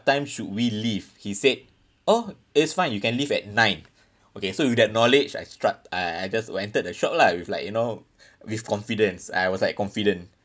time should we leave he said oh it's fine you can leave at nine okay so with that knowledge I stru~ uh I just entered the shop lah with like you know with confidence I was like confident